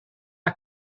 are